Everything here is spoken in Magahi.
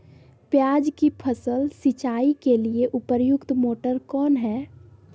प्याज की फसल सिंचाई के लिए उपयुक्त मोटर कौन है?